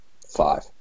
Five